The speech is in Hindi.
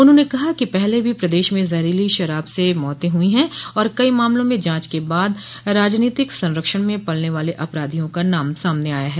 उन्होंने कहा कि पहले भी प्रदेश में जहरीली शराब से मौते हुई है और कई मामलों में जांच के बाद राजनीतिक संरक्षण में पलने वाले अपराधियों का नाम सामने आया है